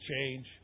change